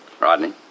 Rodney